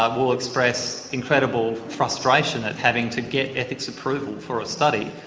ah will express, incredible frustration at having to get ethics approval for a study.